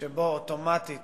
שבו אוטומטית